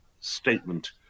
statement